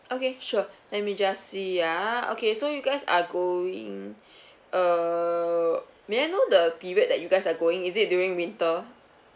okay sure let me just see ah okay so you guys are going uh may I know the period that you guys are going is it during winter